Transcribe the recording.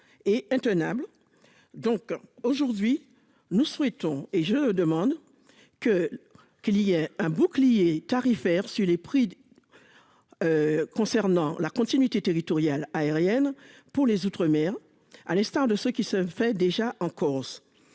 et intenable. Donc aujourd'hui nous souhaitons et je demande que qu'il y ait un bouclier tarifaire sur les prix. Concernant la continuité territoriale aérienne pour les outre-mer à l'instar de ce qui se fait déjà en Corse.